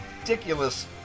ridiculous